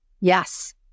Yes